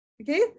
okay